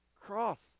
cross